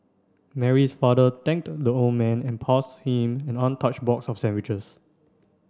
Mary's father thanked the old man and passed him an untouched box of sandwiches